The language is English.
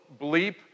bleep